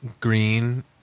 green